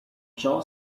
ciò